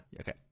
Okay